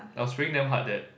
I was praying damn hard that